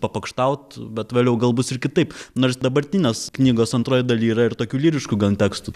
papokštaut bet vėliau gal bus ir kitaip nors dabartinės knygos antroj daly yra ir tokių lyriškų gan tekstų